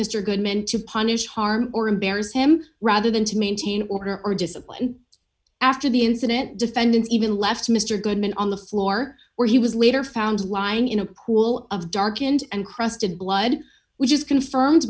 mr goodman to punish harm or embarrass him rather than to maintain order or discipline after the incident defendant even left mr goodman on the floor where he was later found lying in a pool of darkened encrusted blood which is confirm